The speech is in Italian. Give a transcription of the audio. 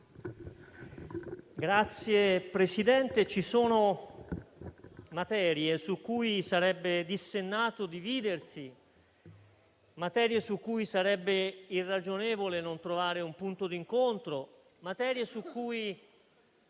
Signor Presidente, ci sono materie su cui sarebbe dissennato dividersi, materie su cui sarebbe irragionevole non trovare un punto di incontro, materie su cui